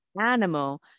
animal